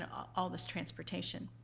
all this transportation.